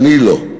אני לא.